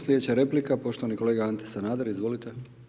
Slijedeća replika je poštovani kolega Ante Sanader, izvolite.